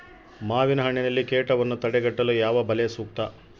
ಮಾವಿನಹಣ್ಣಿನಲ್ಲಿ ಕೇಟವನ್ನು ತಡೆಗಟ್ಟಲು ಯಾವ ಬಲೆ ಸೂಕ್ತ?